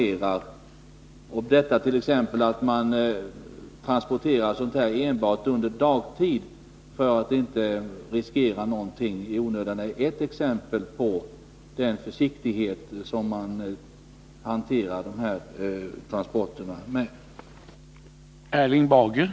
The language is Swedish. Den omständigheten att man t.ex. transporterar kolsvavla enbart under dagtid, för att inte riskera någonting i onödan, är ett uttryck för den försiktighet med vilken man hanterar de här transporterna.